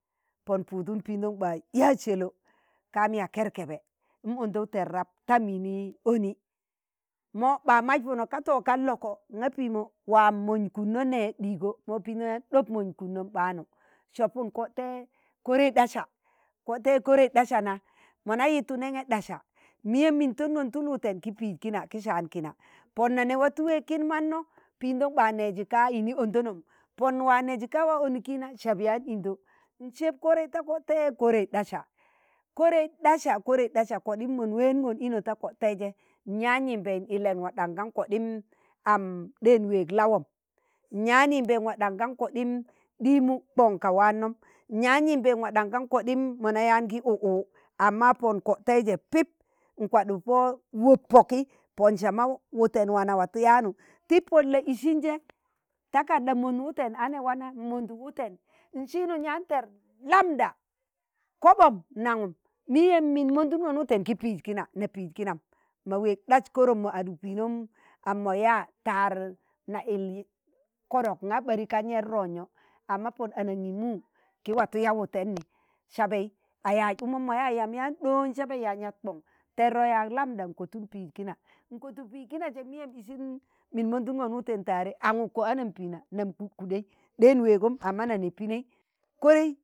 pọn pụụdụn pindon ɓa yaaz selo kam ya kẹrkẹbẹ m'ondou tẹr rab n'tam yini oni. mo ɓa mas pono ka to kan loko nga piimo waam monj kudno nẹe ɗiigo, mo pindon yaan ɗob monj kudnom ɓaanu sọpun koḍ tẹ korai ɗasa, kod'te korai ɗasa na mọ na yitu nẹngẹ ɗasa miyem min toṇgon tul wụtẹn gi piiz kina gi sạan kina pọn na ne watu weeg kin manno pindon ɓa neji ka yini ondunon, pon waa nẹji ka wa onuki na sab yaan indo nseb kọrẹi ta kọtẹi korai ɗasa, kọrẹi ɗasa, korei ɗasa, koɗim mọn weeṇgon ino ta ko kẹije nyaan yimbei n ile nwaa ɗaṇg da ka koɗim am ɗen weeg lawọm, nyaan yimbe nwaa ɗang ka koɗin ɗiimum kọon ka waanọm, nyaan yimbe n'waa ɗaṇg kan kọɗiin mọna yaan gi u̱u̱ amma pọn kodtẹijẹ pip nkwaɗuk pọ wob pọki pọn sama wuten wana watu yaanu, tib pon la isinje takarɗa mon wuten ane wạnạ nmonduk wuten, n'siinu n'yaan tẹr lambɗa kọɓom nangum miyem min monduṇgon wụten ki piiz kina na piiz kinam ma weeg ɗas korom mọ aduk piinom, am mo yaa tạr na yil kọdọk ṇa ɓere kan yẹr rọzno, amma pọn anaṇgimu ki watu yaa wụtẹni sabai a yaaz ukmon mo yaa yamb yaan ɗọon sabẹi yaan yat kọn tẹrrọ yaag lambɗa n'kotun piiz kina, nkotug piiz kina je miyem isim min monduṇgon wụten tare angukkọ anabẹẹna nam kukuɗei ɗein weegom amma nan nẹ pinẹi kọrẹi